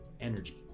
energy